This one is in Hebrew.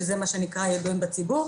שזה מה שנקרא ידועים בציבור,